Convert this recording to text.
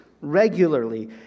regularly